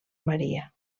maria